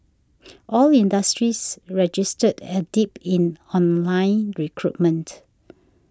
all industries registered a dip in online recruitment